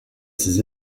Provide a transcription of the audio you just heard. ses